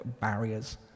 barriers